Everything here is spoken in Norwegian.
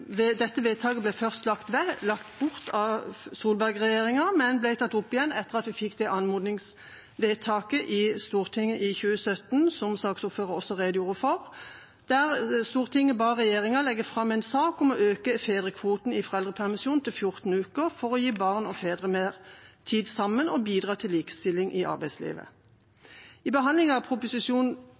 Dette vedtaket ble først lagt bort av Solberg-regjeringa, men ble tatt opp igjen etter at vi fikk anmodningsvedtaket i Stortinget i 2017 – som også saksordføreren redegjorde for – der Stortinget ba «regjeringen legge frem en sak om å øke fedrekvoten i foreldrepermisjonen til 14 uker, for å gi barn og fedre tid sammen og bidra til likestilling i arbeidslivet». I behandlingen av